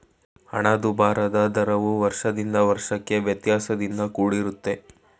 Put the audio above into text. ಹಣದುಬ್ಬರದ ದರವು ವರ್ಷದಿಂದ ವರ್ಷಕ್ಕೆ ವ್ಯತ್ಯಾಸದಿಂದ ಕೂಡಿರುತ್ತೆ